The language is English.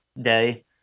day